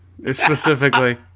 specifically